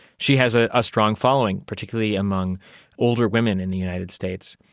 she has a ah strong following, particularly among older women in the united states.